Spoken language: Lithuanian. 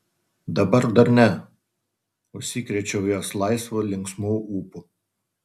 dabar dar ne užsikrėčiau jos laisvu linksmu ūpu